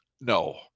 No